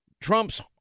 Trump's